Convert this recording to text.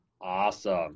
Awesome